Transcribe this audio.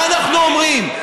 מה אנחנו אומרים?